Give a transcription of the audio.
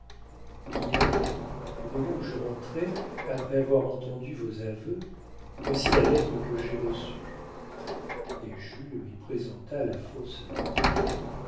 hier au moment où je rentrais après avoir entendu vos aveux voici la lettre que j'ai reçue et jules lui présenta la fausse lettre